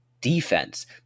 defense